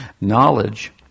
knowledge